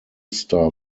star